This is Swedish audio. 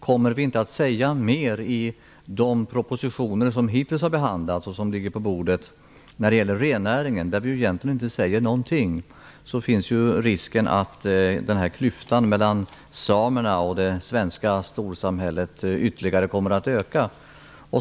Kommer det inte att sägas mer i de propositioner som hittills har behandlats och som ligger på bordet när det gäller rennäringen - där det egentligen inte sägs någonting - finns risken att klyftan mellan samerna och det svenska storsamhället ytterligare kommer att öka.